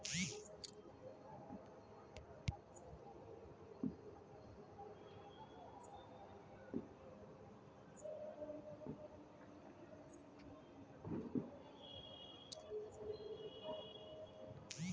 सरकार बारह लाखो तक के सलाना कमाबै बाला लेली बचत योजना पे विचार करि रहलो छै